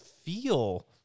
feel